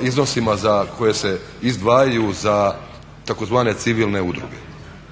iznosima koje se izdvajaju za tzv. civilne udruge.